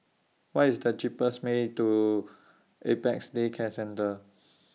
What IS The cheapest Way to Apex Day Care Centre